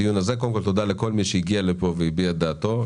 תודה לכל מי שהגיע והביע את דעתו.